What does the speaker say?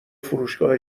فروشگاه